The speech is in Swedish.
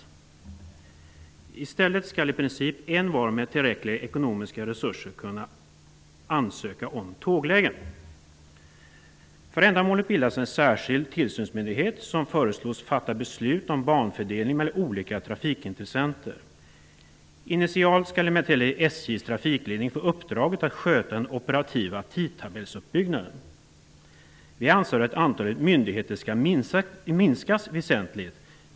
I stället skall i princip envar med tillräckliga ekonomiska resurser kunna ansöka om tåglägen. För ändamålet bildas en särskild tillsynsmyndighet som föreslås fatta beslut om banfördelning mellan olika trafikintressenter. Initialt skall emellertid SJ:s trafikledning få uppdraget att sköta den operativa tidtabellsuppbyggnaden. Vi anser att antalet myndigheter skall minskas väsentligt.